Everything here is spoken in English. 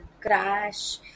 crash